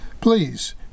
Please